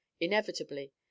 Inevitably